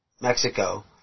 Mexico